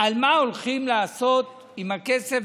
על מה הולכים לעשות עם הכסף,